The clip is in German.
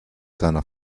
seiner